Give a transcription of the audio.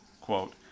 quote